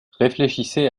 réfléchissez